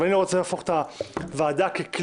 אבל אני לא רוצה להפוך את הוועדה ככלי